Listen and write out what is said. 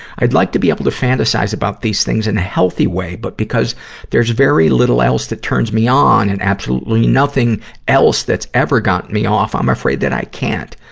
i'd like to be able fantasize fantasize about these things in healthy way, but because there's very little else that turns me on and absolutely nothing else that's ever gotten me off, i'm afraid that i can't.